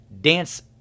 dance